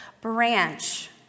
branch